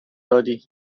دادی